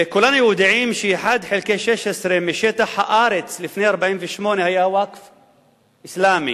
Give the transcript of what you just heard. כולנו יודעים ש-1 חלקי 16 משטח הארץ לפני 1948 היה ווקף אסלאמי,